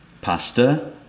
pasta